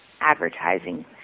advertising